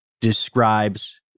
describes